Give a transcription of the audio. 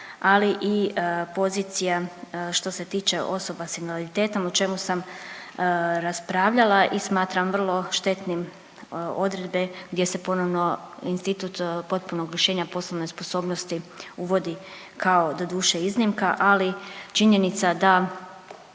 ali i pozicija što se tiče osoba s invaliditetom o čemu sam raspravljala i smatram vrlo štetnim odredbe gdje se ponovno institut potpunog lišenja poslovne sposobnosti uvodi kao doduše iznimka ali činjenica da